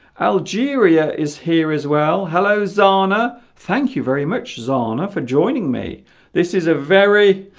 algeria is here as well hello zanna thank you very much zanna for joining me this is a very